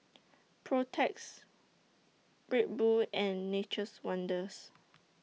Protex Red Bull and Nature's Wonders